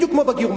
בדיוק כמו בגיור,